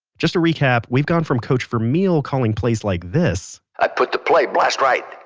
just to recap, we've gone from coach vermeil calling plays like this. i put the play blast right.